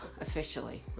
officially